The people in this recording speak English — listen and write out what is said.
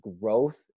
growth